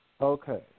Okay